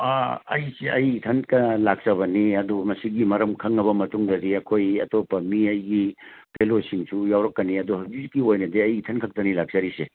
ꯑꯩꯁꯤ ꯑꯩ ꯏꯊꯟꯇ ꯂꯥꯛꯆꯕꯅꯤ ꯑꯗꯨ ꯃꯁꯤꯒꯤ ꯃꯔꯝ ꯈꯪꯂꯕ ꯃꯇꯨꯡꯗꯗꯤ ꯑꯩꯈꯣꯏ ꯑꯇꯣꯞꯄ ꯃꯤ ꯑꯩꯒꯤ ꯐꯦꯂꯣꯁꯤꯞꯁꯨ ꯌꯥꯎꯔꯛꯀꯅꯤ ꯑꯗꯣ ꯍꯧꯖꯤꯛ ꯍꯧꯖꯤꯛꯀꯤ ꯑꯣꯏꯅꯗꯤ ꯑꯩ ꯏꯊꯟ ꯈꯛꯇꯅꯤ ꯂꯥꯛꯆꯔꯤꯁꯦ